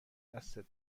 دستت